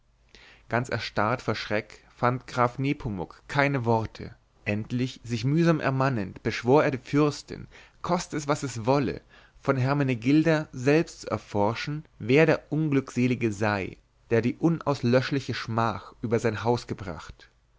ganz erstarrt vor schreck fand graf nepomuk keine worte endlich sich mühsam ermannend beschwor er die fürstin koste es was es wolle von hermenegilda selbst zu erforschen wer der unglückselige sei der die unauslöschliche schmach über sein haus gebracht